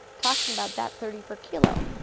talking about that thirty per kilo.